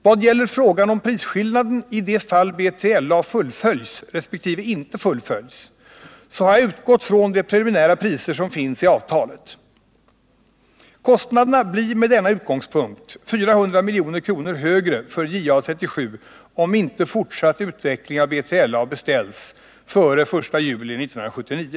Vad gäller frågan om prisskillnaden i de fall BILA fullföljs resp. inte fullföljs så har jag utgått från de preliminära priser som finns i avtalet. Kostnaderna blir med denna utgångspunkt 400 milj.kr. högre för JA 37, om inte fortsatt utveckling av B3LA beställs före 1 juli 1979.